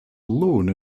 alone